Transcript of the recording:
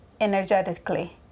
energetically